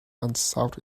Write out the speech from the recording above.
unsought